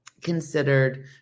considered